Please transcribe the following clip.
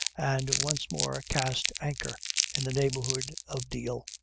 and once more cast anchor in the neighborhood of deal.